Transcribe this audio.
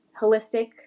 holistic